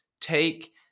take